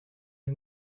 you